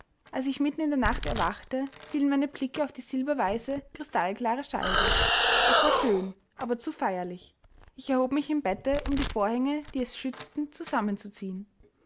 als ich mitten in der nacht erwachte fielen meine blicke auf die silberweiße kristallklare scheibe es war schön aber zu feierlich ich erhob mich im bette um die vorhänge die es schützten zusammenzuziehen